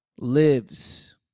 lives